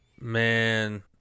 Man